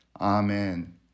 Amen